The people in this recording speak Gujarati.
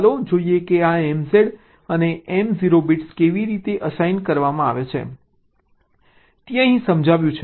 ચાલો જોઈએ કે આ MZ અને Mo બિટ્સ કેવી રીતે અસાઇન કરવામાં આવે છે તે અહીં સમજાવ્યું છે